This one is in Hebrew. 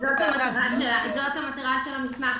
זאת המטרה של המסמך.